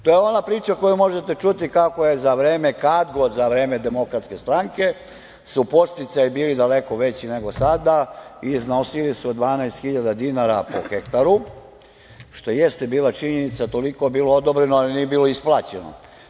To je ona priča koju možete čuti kako su za vreme, kad god za vreme DS su podsticaji bili daleko veći nego sada i iznosili su 12.000 dinara po hektaru, što jeste bila činjenica, toliko je bilo odobreno, ali nije bilo isplaćeno.